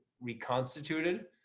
reconstituted